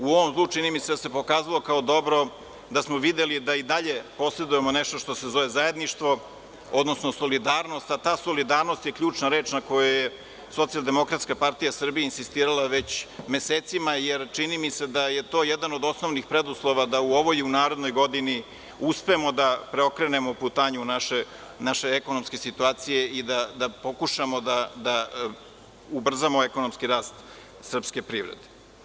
U ovom zlu čini mi se da se pokazalo kao dobro da smo videli da i dalje posedujemo nešto što se zove zajedništvo, odnosno solidarnost, a ta solidarnost je ključna reč na kojoj SDPS insistirala već mesecima, jer čini mi se da je to jedan od osnovnih preduslova da u ovoj i u narednoj godini uspemo da preokrenemo putanju naše ekonomske situacije i da pokušamo da ubrzamo ekonomski rast srpske privrede.